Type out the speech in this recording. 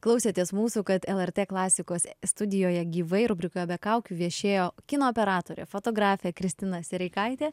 klausėtės mūsų kad lrt klasikos studijoje gyvai rubrikoje be kaukių viešėjo kino operatorė fotografė kristina sereikaitė